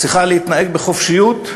היא צריכה להתנהג בחופשיות,